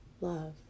love